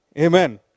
Amen